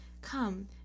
Come